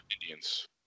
Indians